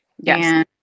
Yes